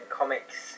comics